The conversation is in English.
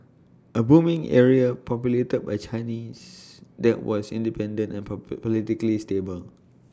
A booming area populated by Chinese that was independent and proper politically stable